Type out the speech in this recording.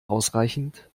ausreichend